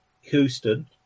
Houston